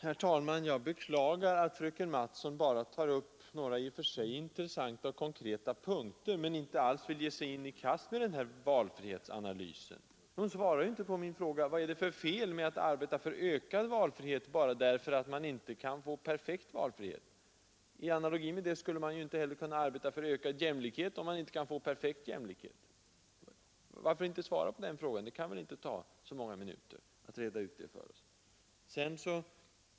Herr talman! Jag beklagar att fröken Mattson bara tar upp några i och för sig intressanta konkreta punkter, men inte alls vill ge sig i kast med valfrihetsanalysen. Hon svarar inte på min fråga: Vad är det för fel med att arbeta för ökad valfrihet, trots att man inte kan få perfekt valfrihet? — I konsekvens med er uppfattning här skulle man inte kunna arbeta för ökad jämlikhet, om man inte kan få perfekt jämlikhet! Varför inte svara på min fråga? Det kan väl inte ta så många minuter att reda ut er ståndpunkt för oss.